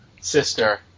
Sister